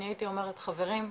הייתי אומרת חברים,